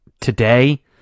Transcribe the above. today